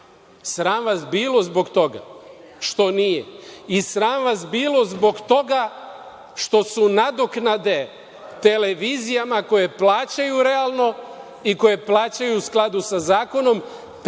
Sram vas bilo zbog toga što nije i sram vas bilo zbog toga što su nadoknade televizijama koje plaćaju realno i koje plaćaju u skladu sa zakonom 15 puta